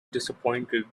disappointed